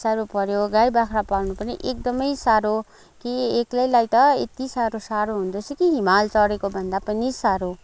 साह्रो पर्यो गाई बाख्रा पाल्नु पनि एकदमै साह्रो कि एकलैलाई त यति साह्रो साह्रो हुँदो रहेछ कि हिमाल चढेकोभन्दा पनि साह्रो